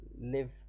live